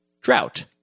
drought